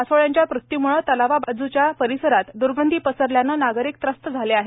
मासोळ्यांच्या मृत्यूमुळे तलावाबाजूच्या परिसरात दुर्गंधी पसरल्याने नागरिक व्रस्त झाले आहेत